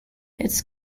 its